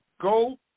go